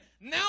Now